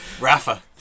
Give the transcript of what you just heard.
Rafa